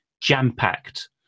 jam-packed